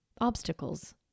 obstacles